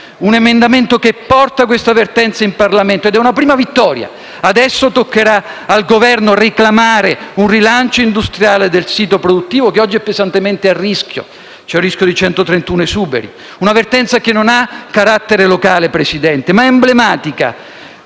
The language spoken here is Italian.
Un emendamento porta questa vertenza in Parlamento ed è una prima vittoria. Adesso toccherà al Governo reclamare un rilancio industriale del sito produttivo, che oggi è pesantemente a rischio. C'è il rischio di 131 esuberi, una vertenza che non ha carattere locale, Presidente, ma che è emblematica